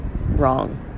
wrong